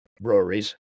breweries